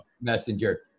Messenger